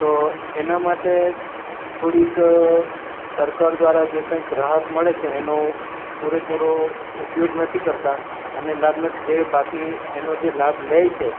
તો એના માટે થોડીક સરકાર દ્વારા જે કંઈક રાહત મળે છે એનો પૂરેપૂરો ઉપયોગ નથી કરતા અને લાભના જે બાકી એનો લાભ લઈ છે